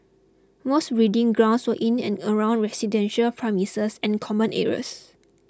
most breeding grounds were in and around residential premises and common areas